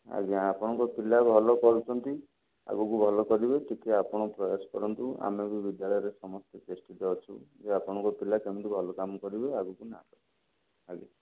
ଆଜ୍ଞା ଆପଣଙ୍କ ପିଲା ଭଲ କରୁଛନ୍ତି ଆଗକୁ ଭଲ କରିବେ ଟିକିଏ ଆପଣ ପ୍ରୟାସ କରନ୍ତୁ ଆମେ ବି ବିଦ୍ୟାଳୟରେ ସମସ୍ତେ ଚେଷ୍ଟିତ ଅଛୁ ଯେ ଆପଣଙ୍କ ପିଲା କେମିତି ଭଲ କାମ କରିବେ ଆଗକୁ ନାଁ କରିବେ ଆଜ୍ଞା